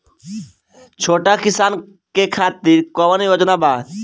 छोटा किसान के खातिर कवन योजना बा?